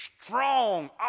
strong